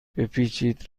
بپیچید